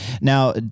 Now